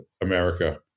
America